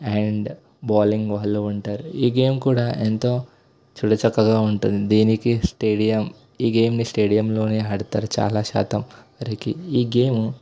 and bowling వాళ్ళు ఉంటారు ఈ గేమ్ కూడా ఎంతో చూడచక్కగా ఉంటుంది దీనికి స్టేడియం ఈ గేమ్ని స్టేడియంలో ఆడతారు చాలా శాతం వరకి ఈ గేమ్